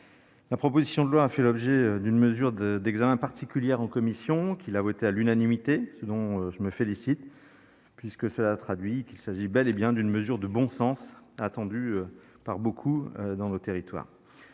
La proposition de loi a fait l'objet d'une mesure d'examen particulière en commission, laquelle l'a votée à l'unanimité, ce dont je me félicite, puisque cela confirme qu'il s'agit bel et bien d'une mesure de bon sens. Je remercie également le